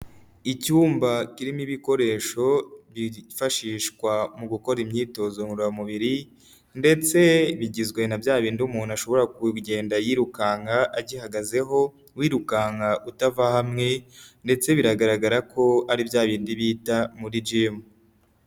Icyumba kirimo ibikoresho byifashishwa mu gukora imyitozo ngororamubiri, ndetse bigizwe na byabindi umuntu ashobora kugenda yirukanka agihagazeho, wirukanka utava hamwe, ndetse bigaragara ko ari bya bindi bita muri jimu.